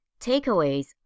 Takeaways